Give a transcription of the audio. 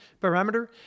parameter